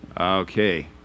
Okay